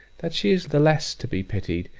that she is the less to be pitied,